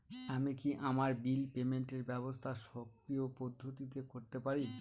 আমি কি আমার বিল পেমেন্টের ব্যবস্থা স্বকীয় পদ্ধতিতে করতে পারি?